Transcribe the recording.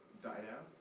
died out?